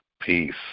peace